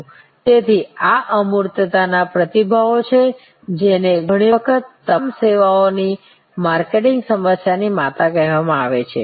તેથી આ અમૂર્તતા ના પ્રતિભાવો છે જેને ઘણી વખત તમામ સેવાઓની માર્કેટિંગ સમસ્યા ની માતા કહેવામાં આવે છે